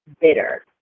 bitter